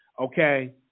Okay